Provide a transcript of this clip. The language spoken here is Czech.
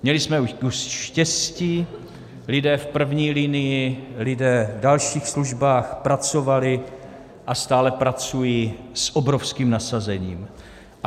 Měli jsme kus štěstí, lidé v první linii, lidé v dalších službách pracovali a stále pracují s obrovským nasazením.